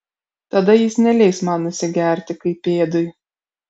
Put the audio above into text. tada jis neleis man nusigerti kaip pėdui